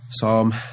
Psalm